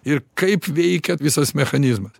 ir kaip veikia visas mechanizmas